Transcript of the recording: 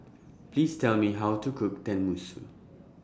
Please Tell Me How to Cook Tenmusu